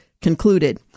concluded